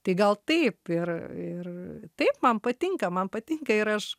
tai gal taip ir ir taip man patinka man patinka ir aš